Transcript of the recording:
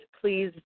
please